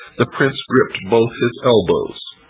the prince gripped both his elbows.